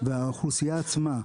והאוכלוסייה עצמה,